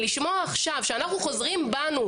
לשמוע עכשיו שאנחנו חוזרים בנו,